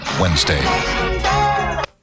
Wednesday